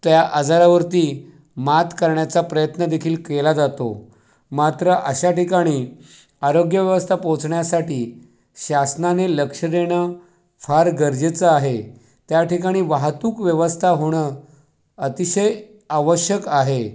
त्या आजारावरती मात करण्याचा प्रयत्नदेखील केला जातो मात्र अशा ठिकाणी आरोग्य व्यवस्था पोहोचण्यासाठी शासनाने लक्ष देणं फार गरजेचं आहे त्याठिकाणी वाहतूक व्यवस्था होणं अतिशय आवश्यक आहे